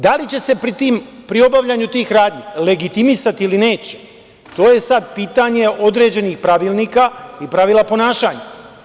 Da li će se pri obavljanju tih radnji legitimisati ili neće, to je sad pitanje određenih pravilnika i pravila ponašanja.